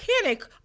panic